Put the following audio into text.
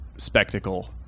spectacle